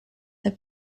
have